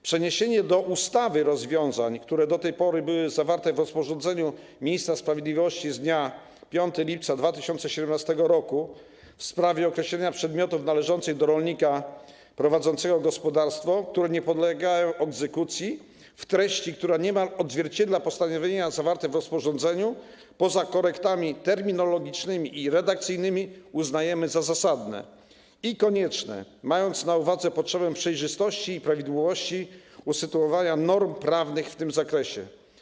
Przeniesienie do ustawy rozwiązań, które do tej pory były zawarte w rozporządzeniu ministra sprawiedliwości z dnia 5 lipca 2017 r. w sprawie określenia przedmiotów należących do rolnika prowadzącego gospodarstwo, które nie podlegają egzekucji, w treści, która niemal odzwierciedla postanowienia zawarte w rozporządzeniu, poza korektami terminologicznymi i redakcyjnymi, uznajemy za zasadne i konieczne, mając na uwadze potrzebę zapewnienia przejrzystości i prawidłowości usytuowania norm prawnych w tym zakresie.